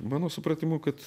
mano supratimu kad